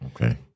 Okay